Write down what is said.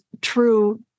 true